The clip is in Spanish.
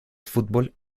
fútbol